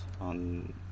on